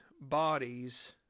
bodies